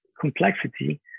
complexity